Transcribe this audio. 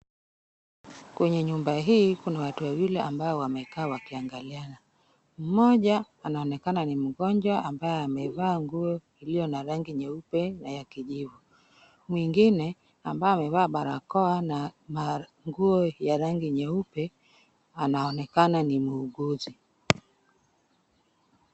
Kwenye nyumba hii, kuna watu wawili ambao wamekaa wakiangaliana. Mmoja anaonekana ni mgonjwa ambaye amevaa nguo iliyo na rangi nyeupe na ya kijivu. Mwingine ambaye amevaa barakoa na manguo ya rangi nyeupe anaonekana ni muuguzi.